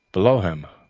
below him,